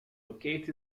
located